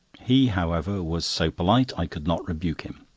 he, however, was so polite, i could not rebuke him.